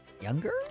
younger